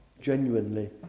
genuinely